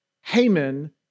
Haman